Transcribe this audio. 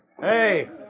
Hey